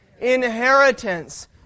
inheritance